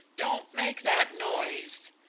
don't make that noise!